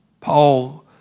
Paul